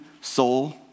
soul